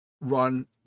run